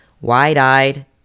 wide-eyed